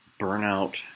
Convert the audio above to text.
Burnout